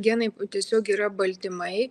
genai tiesiog yra baltymai